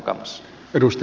arvoisa puhemies